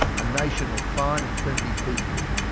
a nation of fine and friendly people,